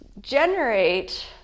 generate